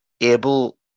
able